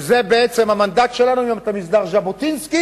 וזה בעצם המנדט שלנו, אם אתה ממסדר ז'בוטינסקי,